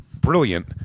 brilliant